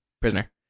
Prisoner